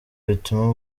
bituma